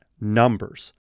numbers